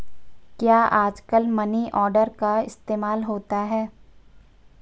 क्या आजकल money order का इस्तेमाल होता है?